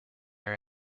are